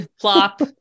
plop